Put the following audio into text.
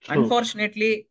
Unfortunately